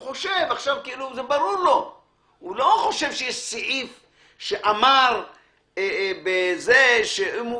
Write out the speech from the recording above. האדם לא חושב אם יש סעיף שאומר שאם הוא